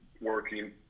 working